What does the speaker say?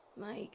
Mike